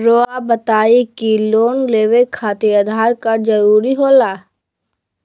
रौआ बताई की लोन लेवे खातिर आधार कार्ड जरूरी होला?